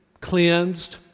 cleansed